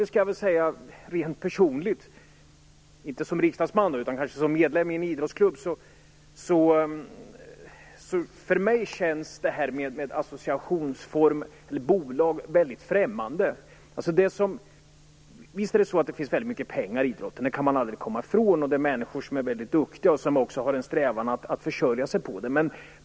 Men som medlem i en idrottsklubb, kanske inte som riksdagsman, måste jag säga att det här med bolag känns väldigt främmande. Man kan aldrig komma ifrån att det finns mycket pengar i idrotten, och att det finns människor som är duktiga och som har en strävan att försörja sig på idrotten.